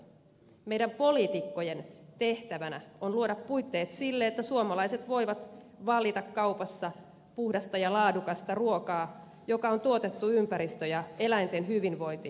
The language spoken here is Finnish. meidän poliitikkojen tehtävänä on luoda puitteet sille että suomalaiset voivat valita kaupassa puhdasta ja laadukasta ruokaa joka on tuotettu ympäristön ja eläinten hyvinvointi huomioiden